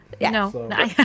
no